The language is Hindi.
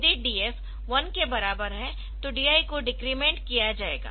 यदि DF 1 के बराबर है तो DI को डिक्रिमेंट किया जाएगा